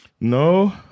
No